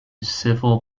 civil